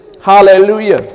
Hallelujah